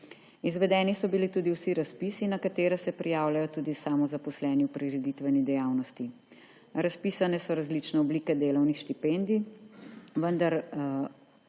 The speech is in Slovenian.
Izvedeni so bili tudi vsi razpisi, na katere se prijavljajo tudi samozaposleni v prireditveni dejavnosti. Razpisane so različne oblike delovnih štipendij, vendar